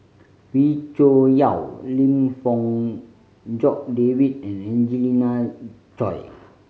Wee Cho Yaw Lim Fong Jock David and Angelina Choy